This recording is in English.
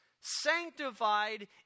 sanctified